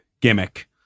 gimmick